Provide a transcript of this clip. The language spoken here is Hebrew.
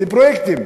לפרויקטים